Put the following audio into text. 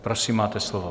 Prosím, máte slovo.